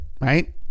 Right